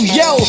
yo